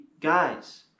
guys